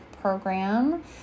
program